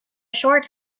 short